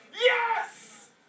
Yes